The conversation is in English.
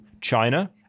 China